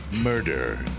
Murder